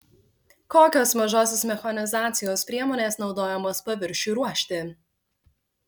kokios mažosios mechanizacijos priemonės naudojamos paviršiui ruošti